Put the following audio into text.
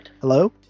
hello